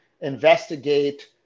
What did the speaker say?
investigate